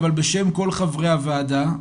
אבל בשם כל חברי הוועדה,